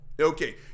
Okay